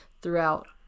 throughout